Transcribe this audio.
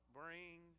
bring